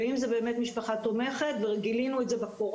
ואם זו משפחה תומכת כבר גילינו את זה בקורונה,